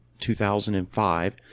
2005